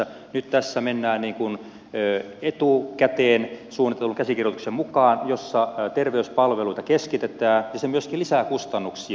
nyt tässä mennään niin kuin etukäteen suunnitellun käsikirjoituksen mukaan jossa terveyspalveluita keskitetään ja se myöskin lisää kustannuksia